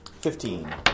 Fifteen